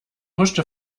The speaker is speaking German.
huschte